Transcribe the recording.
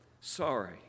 sorry